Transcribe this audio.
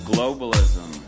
Globalism